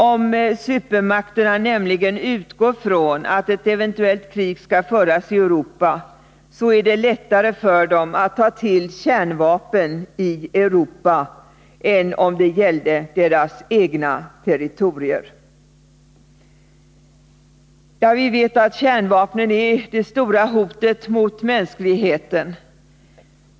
Om supermakterna nämligen utgår från att ett eventuellt krig skall föras i Europa, så är det lättare för dem att ta till kärnvapen i Europa än om det gällde deras egna territorier. Ja, vi vet att kärnvapnen är det stora hotet mot mänskligheten.